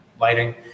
lighting